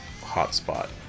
hotspot